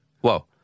whoa